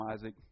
Isaac